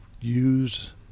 use